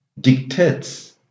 dictates